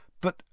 But